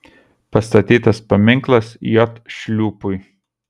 pastatytas paminklas j šliūpui